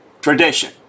tradition